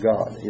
God